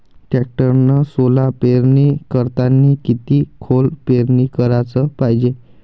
टॅक्टरनं सोला पेरनी करतांनी किती खोल पेरनी कराच पायजे?